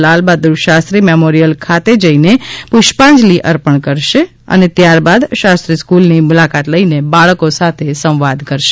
લાલ Bahadur Shastri memorial ખાતે જઇને પુષ્પાંજલિ અર્પણ કરશે અને ત્યારબાદ શાસ્ત્રી સ્ક્રલની મુલાકાત લઇને બાળકો સાથે સંવાદ કરશે